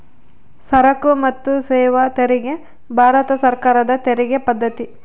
ಸರಕು ಮತ್ತು ಸೇವಾ ತೆರಿಗೆ ಭಾರತ ಸರ್ಕಾರದ ತೆರಿಗೆ ಪದ್ದತಿ